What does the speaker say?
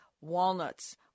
walnuts